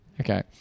Okay